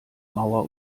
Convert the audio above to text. mauer